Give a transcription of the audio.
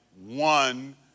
one